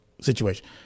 situation